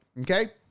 Okay